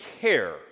care